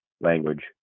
language